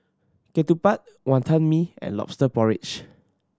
Ketupat Wonton Mee and Lobster Porridge